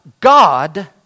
God